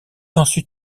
ensuite